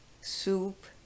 soup